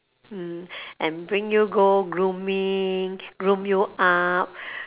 mm and bring you go grooming groom you up